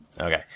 Okay